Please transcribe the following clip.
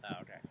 okay